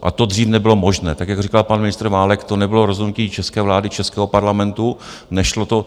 A to dřív nebylo možné, tak jak to říkal pan ministr Válek, to nebylo rozhodnutí české vlády, českého Parlamentu, nešlo to.